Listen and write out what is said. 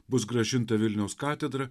bus grąžinta vilniaus katedra